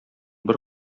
бер